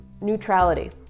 neutrality